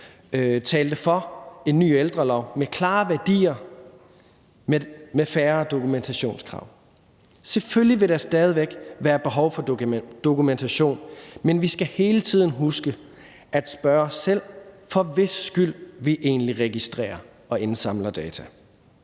talte for en ny ældrelov med klare værdier og med færre dokumentationskrav. Selvfølgelig vil der stadig væk være behov for dokumentation, men vi skal hele tiden huske at spørge os selv, for hvis skyld vi egentlig registrerer og indsamler data.